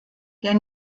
der